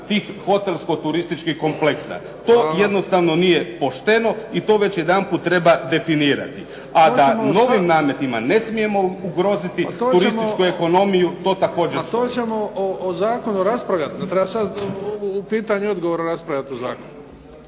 tih hotelsko-turističkih kompleksa. To jednostavno nije pošteno i to već jedanput treba definirati. A da novim nametima ne smijemo ugroziti turističku ekonomiju to također stoji. **Bebić, Luka (HDZ)** To ćemo o zakonu raspravljati, ne treba sad u pitanju i odgovoru raspravljati o zakonu.